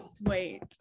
wait